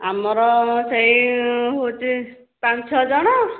ଆମର ସେହି ହେଉଛି ପାଞ୍ଚ ଛଅ ଜଣ